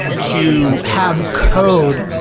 to have code,